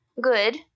good